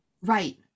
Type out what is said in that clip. Right